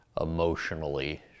emotionally